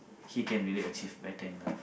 he can really achieve better in life